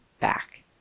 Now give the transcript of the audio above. back